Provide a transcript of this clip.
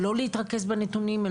שלא להתרכז בנתונים,